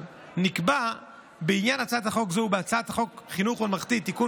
נקבע בעניין הצעת חוק זו ובהצעת חוק חינוך ממלכתי (תיקון,